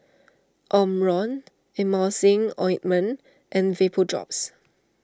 Omron Emulsying Ointment and Vapodrops